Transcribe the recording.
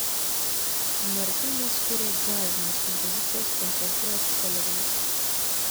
martynas kuria džiazines kompozicijas koncertuoja su kolegomis